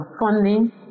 Funding